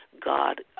God